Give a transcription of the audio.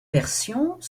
versions